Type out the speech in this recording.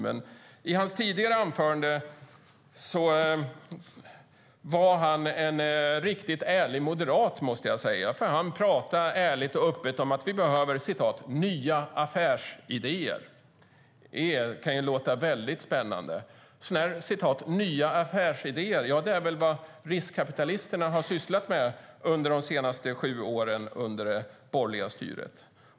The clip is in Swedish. Men i sitt tidigare anförande var han en riktigt ärlig moderat, måste jag säga, för han talade ärligt och öppet om att vi behöver "nya affärsidéer". Det kan ju låta väldigt spännande. Sådana "nya affärsidéer" är väl vad riskkapitalisterna har sysslat med de senaste sju åren under det borgerliga styret.